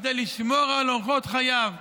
כדי לשמור על אורחות חייו.